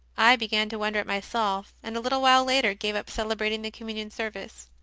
i began to wonder at myself, and a little while later gave up celebrating the communion service.